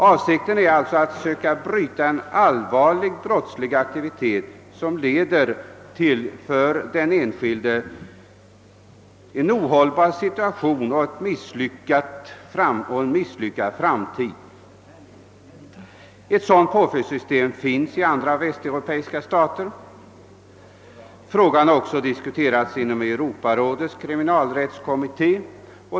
Avsikten är alltså att söka bryta en allvarlig brottslig aktivitet som leder till en för den enskilde ohållbar situation och en misslyckad framtid. Ett sådant påföljdssystem finns i andra västeuropeiska stater. Frågan har också diskuterats inom Europarådets kriminalrättskommitté.